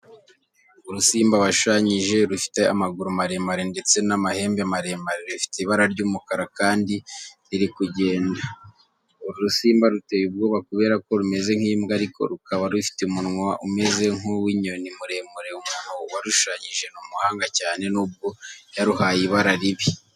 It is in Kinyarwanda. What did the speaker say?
Urusimba bashushanyije rufite amaguru maremare ndetse n'amahembe maremare, rufite ibara ry'umukara kandi ruri kugenda. Uru rusimba ruteye ubwoba kubera ko rumeze nk'imbwa ariko rukaba rufite umunwa umeze nk'uwinyoni muremure. Umuntu warushushanyije ni umuhanga cyane nubwo yaruhaye ibara ribi.